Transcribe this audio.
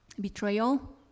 Betrayal